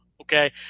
Okay